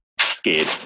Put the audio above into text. scared